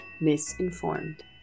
misinformed